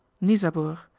nisabour,